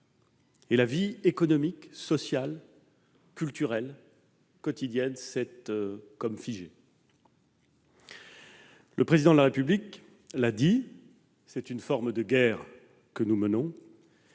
La vie économique, sociale et culturelle quotidienne s'est comme figée. Le Président de la République l'a dit, c'est une forme de guerre que nous menons.